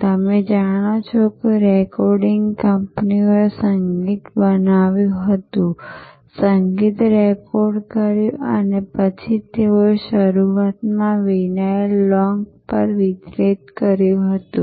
તમે જાણો છો કે રેકોર્ડિંગ કંપનીઓએ સંગીત બનાવ્યું હતું સંગીત રેકોર્ડ કર્યું હતું અને પછી તેઓએ તેને શરૂઆતમાં વિનાઇલ લોંગ પર વિતરિત કર્યું હતું